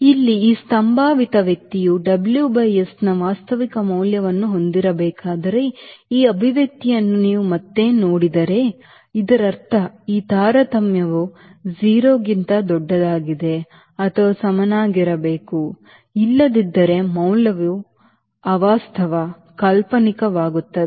ಇಲ್ಲಿ ಈ ಸಂಭಾವಿತ ವ್ಯಕ್ತಿಯು WS ನ ವಾಸ್ತವಿಕ ಮೌಲ್ಯವನ್ನು ಹೊಂದಿರಬೇಕಾದರೆ ಈ ಅಭಿವ್ಯಕ್ತಿಯನ್ನು ನೀವು ಮತ್ತೆ ನೋಡಿದರೆ ಇದರರ್ಥ ಈ ತಾರತಮ್ಯವು 0 ಕ್ಕಿಂತ ದೊಡ್ಡದಾಗಿದೆ ಅಥವಾ ಸಮನಾಗಿರಬೇಕು ಇಲ್ಲದಿದ್ದರೆ ಮೌಲ್ಯವು ಅವಾಸ್ತವ ಕಾಲ್ಪನಿಕವಾಗುತ್ತದೆ